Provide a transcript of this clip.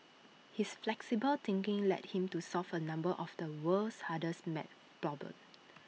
his flexible thinking led him to solve A number of the world's hardest math problems